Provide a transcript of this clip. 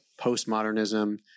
postmodernism